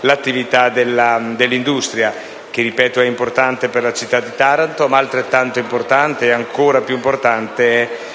l'attività dell'industria perché - lo ripeto - è importante per la città di Taranto ma altrettanto importante e, forse, ancor di